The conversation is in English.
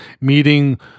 meeting